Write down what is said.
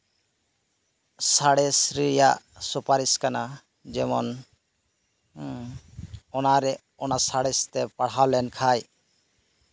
ᱥᱟᱬᱮᱥ ᱨᱮᱭᱟᱜ ᱥᱩᱯᱟᱨᱤᱥ ᱠᱟᱱᱟ ᱡᱮᱢᱚᱱ ᱚᱱᱟᱨᱮ ᱚᱱᱟ ᱥᱟᱬᱮᱥᱛᱮ ᱯᱟᱲᱦᱟᱣ ᱞᱮᱱᱠᱷᱟᱡ